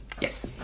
Yes